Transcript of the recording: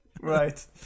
Right